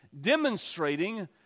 demonstrating